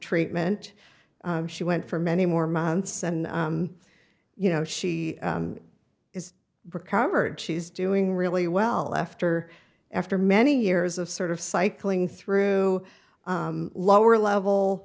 treatment she went for many more months and you know she is recovered she's doing really well after after many years of sort of cycling through lower level